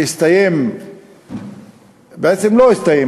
שהסתיים או בעצם לא הסתיים,